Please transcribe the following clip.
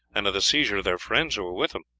and of the seizure of their friends who were with him,